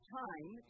time